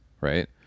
Right